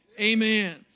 amen